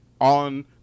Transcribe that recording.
on